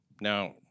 Now